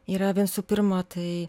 yra visų pirma tai